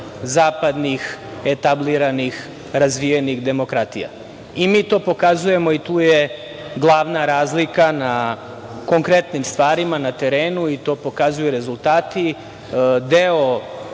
zapadnih etabliranih razvijenih demokratija. I mi to pokazujemo i tu je glavna razlika na konkretnim stvarima, na terenu i to pokazuju rezultati.O